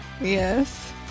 yes